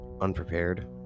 unprepared